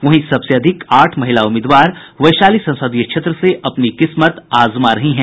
वहीं सबसे अधिक आठ महिला उम्मीदवार वैशाली संसदीय क्षेत्र से अपनी किस्मत आजमा रही हैं